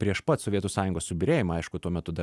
prieš pat sovietų sąjungos subyrėjimą aišku tuo metu dar